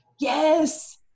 yes